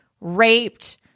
raped